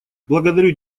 благодарю